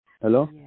Hello